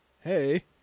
hey